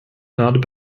not